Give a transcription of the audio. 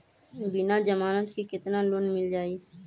बिना जमानत के केतना लोन मिल जाइ?